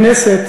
הכנסת